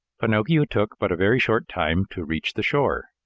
pinocchio took but a very short time to reach the shore.